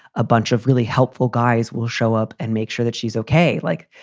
a bunch of really helpful guys will show up and make sure that she's ok. like,